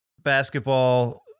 basketball